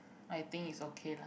I think is okay lah